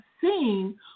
seen